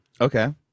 Okay